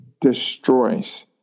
destroys